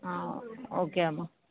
okay అమ్మ